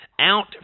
out